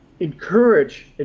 encourage